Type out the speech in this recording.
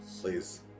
Please